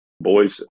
boys –